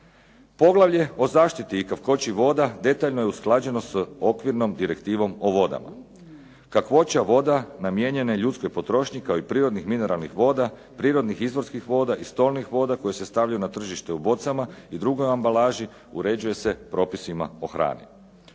Poglavlje i zaštiti i kakvoći voda detaljno je usklađeno sa okvirnom Direktivom o vodama. Kakvoća voda namijenjene ljudskoj potrošnji kao i prirodnih mineralnih voda, prirodnih izvorskih voda i stolnih voda koje se stavljaju na tržište u bocama i drugoj ambalaži uređuje se propisima o hrani.